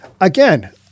Again